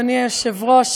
אדוני היושב-ראש,